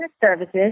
Services